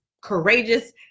courageous